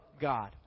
God